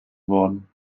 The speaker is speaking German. worden